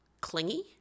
clingy